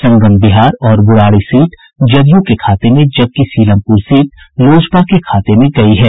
संगम बिहार और बुराड़ी सीट जदयू के खाते में जबकि सीलमपुर सीट लोजपा के खाते में गयी है